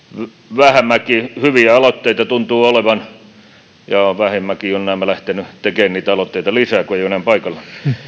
vähämäki hyviä aloitteita tuntuu olevan jaa vähämäki on näemmä lähtenyt tekemään niitä aloitteita lisää kun ei ole